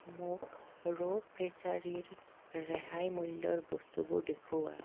মোক ৰ' প্ৰেচাৰীৰ ৰেহাই মূল্যৰ বস্তুবোৰ দেখুওৱা